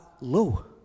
low